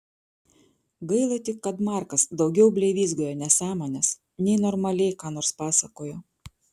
gaila tik kad markas daugiau blevyzgojo nesąmones nei normaliai ką nors pasakojo